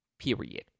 period